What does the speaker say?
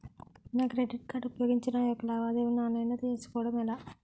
నా credit card ఉపయోగించి నా యెక్క లావాదేవీలను ఆన్లైన్ లో చేసుకోవడం ఎలా?